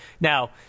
Now